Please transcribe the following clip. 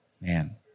Man